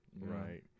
Right